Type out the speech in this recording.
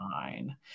fine